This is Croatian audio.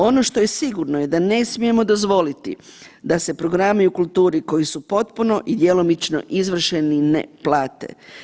Ono što je sigurno je da ne smijemo dozvoliti da se programi u kulturi koji su potpuno i djelomično izvršeni ne plate.